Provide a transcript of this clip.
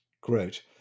Great